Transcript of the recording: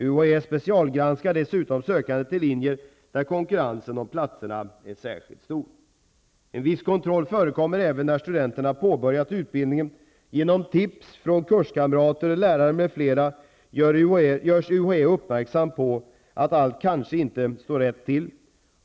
UHÄ specialgranskar dessutom sökande till linjer där konkurrensen om platserna är särskilt stor. En viss kontroll förekommer även när studenterna påbörjat utbildningen. Med hjälp av tips från kurskamrater, lärare m.fl. uppmärksammas UHÄ på att allt kanske inte står rätt till.